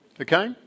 Okay